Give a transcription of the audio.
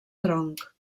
tronc